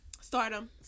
stardom